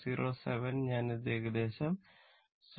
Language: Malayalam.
07 ഞാൻ ഇത് ഏകദേശം 7